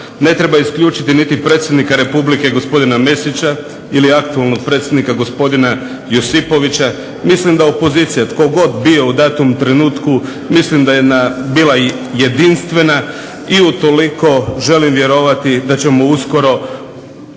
ne treba isključiti niti predsjednika Republike gospodina Mesića ili aktualnog predsjednika gospodina Josipovića, mislim da opozicija tko god bio u datom trenutku mislim da je bila jedinstvena i utoliko želim vjerovati da ćemo uskoro